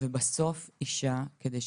בסופו של דבר אישה,